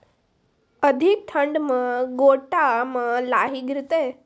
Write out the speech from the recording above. अधिक ठंड मे गोटा मे लाही गिरते?